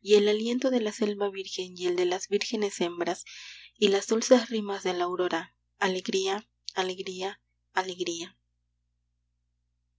y el aliento de la selva virgen y el de las vírgenes hembras y las dulces rimas de la aurora alegría alegría alegría